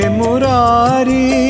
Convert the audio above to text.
murari